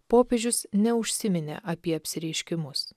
popiežius neužsiminė apie apsireiškimus